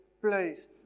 place